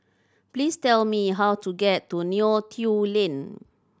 please tell me how to get to Neo Tiew Lane